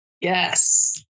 Yes